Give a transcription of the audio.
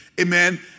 amen